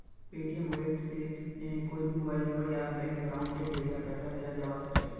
Paytm wallet से कोए भी मोबाइल नंबर या बैंक अकाउंटेर ज़रिया पैसा भेजाल जवा सकोह